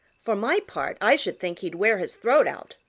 for my part i should think he'd wear his throat out.